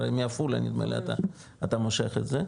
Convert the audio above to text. הרי מעפולה נדמה לי אתה מושך את זה.